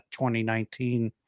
2019